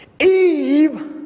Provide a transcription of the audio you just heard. Eve